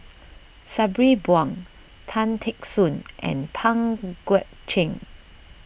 Sabri Buang Tan Teck Soon and Pang Guek Cheng